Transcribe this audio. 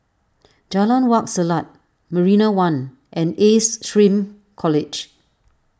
Jalan Wak Selat Marina one and Ace Shrm College